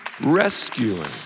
rescuing